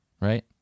Right